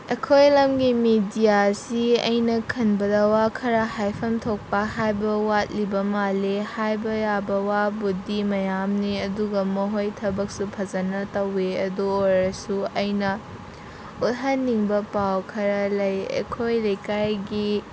ꯑꯩꯈꯣꯏ ꯂꯝꯒꯤ ꯃꯤꯗꯤꯌꯥꯁꯤ ꯑꯩꯅ ꯈꯟꯕꯗ ꯋꯥ ꯈꯔ ꯍꯥꯏꯐꯝ ꯊꯣꯛꯄ ꯍꯥꯏꯕ ꯋꯥꯠꯂꯤꯕ ꯃꯥꯜꯂꯤ ꯍꯥꯏꯕ ꯌꯥꯕ ꯋꯥꯕꯨꯗꯤ ꯃꯌꯥꯝꯅꯤ ꯑꯗꯨꯒ ꯃꯈꯣꯏ ꯊꯕꯛꯁꯨ ꯐꯖꯅ ꯇꯧꯋꯤ ꯑꯗꯨ ꯑꯣꯏꯔꯁꯨ ꯑꯩꯅ ꯎꯠꯍꯟꯅꯤꯡꯕ ꯄꯥꯎ ꯈꯔ ꯂꯩ ꯑꯩꯈꯣꯏ ꯂꯩꯀꯥꯏꯒꯤ